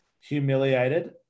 humiliated